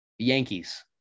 Yankees